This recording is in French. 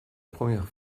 première